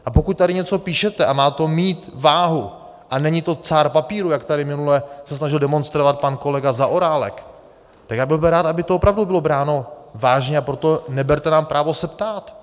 A pokud tady něco píšete a má to mít váhu a není to cár papíru, jak tady minule se snažil demonstrovat pan kolega Zaorálek, tak já bych byl rád, aby to opravdu bylo bráno vážně, a proto neberte nám právo se ptát.